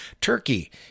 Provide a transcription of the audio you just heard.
Turkey